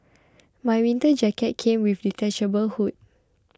my winter jacket came with a detachable hood